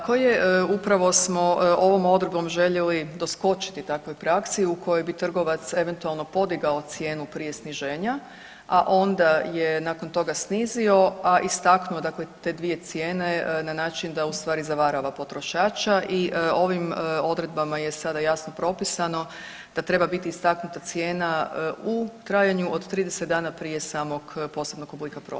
Tako je, upravo smo ovom odredbom željeli doskočiti takvoj praksi u kojoj bi trgovac eventualno podigao cijenu prije sniženja, a onda je nakon toga snizio, a istaknuo te dvije cijene na način da ustvari zavarava potrošača i ovim odredbama je sada jasno propisano da treba biti istaknuta cijena u trajanju od 30 dana prije samog posebnog oblika prodaje.